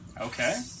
Okay